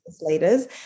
leaders